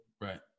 Right